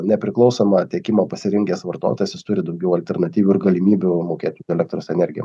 nepriklausomą tiekimą pasirinkęs vartotojas jis turi daugiau alternatyvų ir galimybių mokėt už elektros energiją